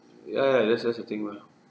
ya ya that's that's the thing mah